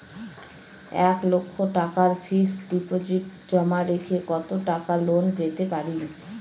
এক লক্ষ টাকার ফিক্সড ডিপোজিট জমা রেখে কত টাকা লোন পেতে পারি?